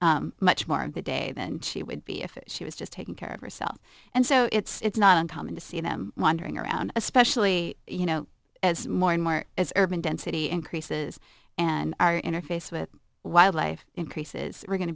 much more of the day than she would be if she was just taking care of herself and so it's not uncommon to see them wandering around especially you know more and more as urban density increases and our interface with wildlife increases we're going